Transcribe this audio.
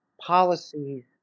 policies